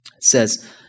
says